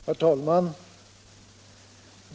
Herr talman!